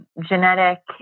genetic